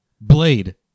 Blade